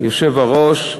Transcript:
אדוני היושב-ראש,